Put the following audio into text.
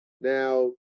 Now